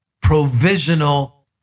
provisional